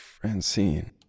Francine